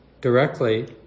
directly